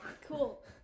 Cool